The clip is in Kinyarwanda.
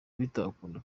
bitakunda